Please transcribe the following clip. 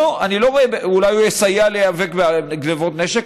אולי הוא יסייע להיאבק בגנבות נשק.